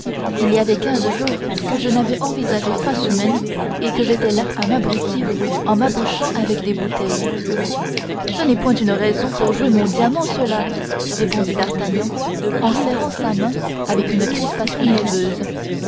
il y avait quinze jours que je n'avais envisagé face humaine et que j'étais là à m'abrutir en m'abouchant avec des bouteilles ce n'est point une raison pour jouer mon diamant cela répondit d'artagnan en serrant sa main avec une crispation nerveuse